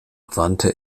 wandte